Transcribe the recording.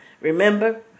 Remember